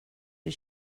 hur